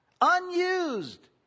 Unused